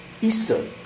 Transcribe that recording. Easter